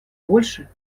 больше